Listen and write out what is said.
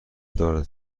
دارد